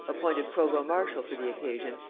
appointed provost-marshal for the occasion,